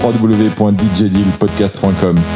www.djdealpodcast.com